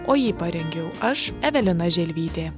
o jį parengiau aš evelina želvytė